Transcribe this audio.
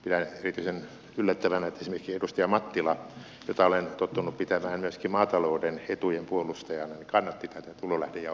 pidän erityisen yllättävänä että esimerkiksi edustaja mattila jota olen tottunut pitämään myöskin maatalouden etujen puolustajana kannatti tätä tulolähdejaon purkamista